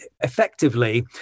effectively